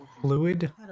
fluid